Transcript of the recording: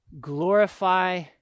glorify